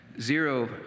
zero